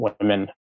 women